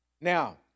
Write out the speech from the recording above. Now